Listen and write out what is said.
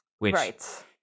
Right